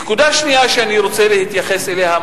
נקודה שנייה שאני רוצה להתייחס אליה,